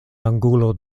angulo